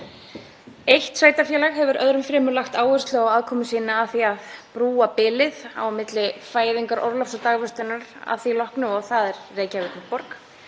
Eitt sveitarfélag hefur öðrum fremur lagt áherslu á aðkomu sína að því að brúa bilið á milli fæðingarorlofs og dagvistunar að því loknu og það er Reykjavíkurborg.